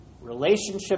Relationship